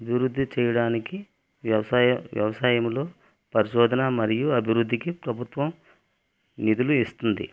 అభివృద్ధి చేయడానికి వ్యవసాయ వ్యవసాయంలో పరిశోధనా మరియు అభివృద్ధికి ప్రభుత్వం నిధులు ఇస్తుంది